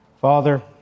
Father